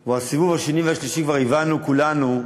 או הסיבוב השני והשלישי כבר הבנו כולנו,